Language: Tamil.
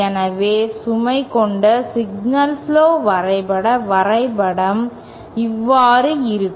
எனவே சுமை கொண்ட சிக்னல் புளோ வரைபட வரைபடம் இவ்வாறு இருக்கும்